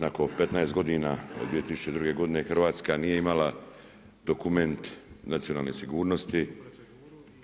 Nakon 15 godina od 2002. godine Hrvatska nije imala dokument nacionalne sigurnosti,